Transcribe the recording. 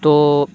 تو